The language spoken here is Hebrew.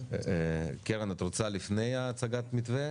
קרן, את רוצה לפני הצגת המתווה?